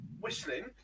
whistling